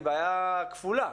היא בעיה כפולה,